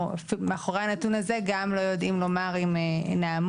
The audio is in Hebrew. ומאחורי הנתון הזה אנחנו גם לא יודעים לומר אם נעמוד,